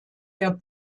der